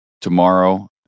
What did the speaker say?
tomorrow